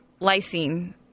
Lysine